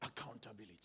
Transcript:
Accountability